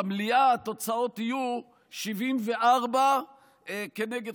במליאה התוצאות יהיו 74 כנגד